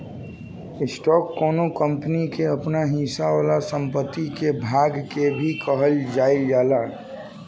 stock कौनो company के आपन हिस्सा वाला संपत्ति के भाग के भी कहल जाइल जाला